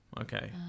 Okay